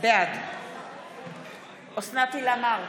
בעד אוסנת הילה מארק,